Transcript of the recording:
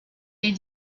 est